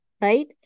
right